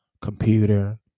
computer